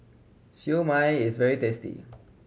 Siew Mai is very tasty